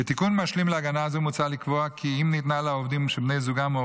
כתיקון משלים להגנה זו מוצע לקבוע כי אם ניתנה לעובדים שבני זוגם או